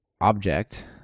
object